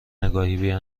نگاهی